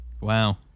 Wow